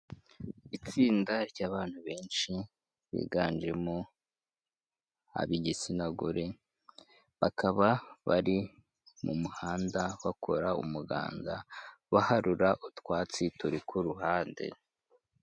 Itsinda ry'abantu benshi biganjemo ab'igitsina gore, bakaba bari mu muhanda bakora umuganda, baharura utwatsi turi ku ruhande.